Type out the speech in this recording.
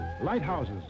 Lighthouses